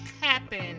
happen